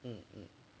um um